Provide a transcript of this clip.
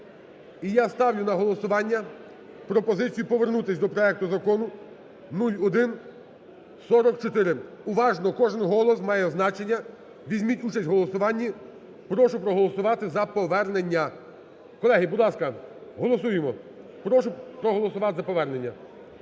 І я ставлю на голосування пропозицію повернутись до проекту Закону 0144. Уважно! Кожен голос має значення, візьміть участь в голосуванні. Прошу проголосувати за повернення. Колеги, будь ласка, голосуємо! Прошу проголосувати за повернення.